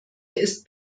ist